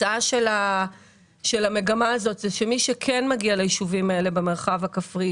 התוצאה של המגמה הזאת היא שמי שכן מגיע ליישובים האלה במרחב הכפרי,